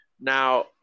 Now